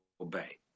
obey